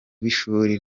w’ishuri